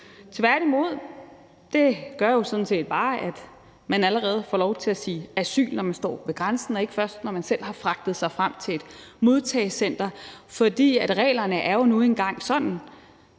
tværtimod. Det gør jo sådan set bare, at man allerede får lov til at sige asyl, når man står ved grænsen, og ikke først når man selv har fragtet sig frem til et modtagecenter. For reglerne er nu engang sådan,